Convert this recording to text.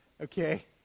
okay